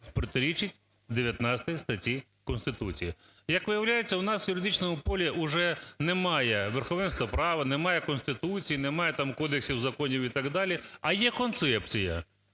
протирічить 19 статті Конституції. Як виявляється, у нас в юридичному полі вже немає верховенства права, немає Конституції, немає там кодексів, законів і так далі, а є концепція.